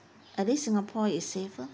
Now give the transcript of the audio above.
at least singapore is safer